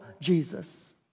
Jesus